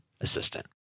assistant